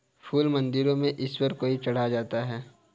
फूल मंदिरों में ईश्वर को भी चढ़ाया जाता है